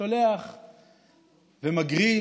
שולח ומגריל,